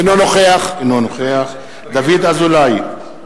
אינו נוכח דוד אזולאי,